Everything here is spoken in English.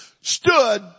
stood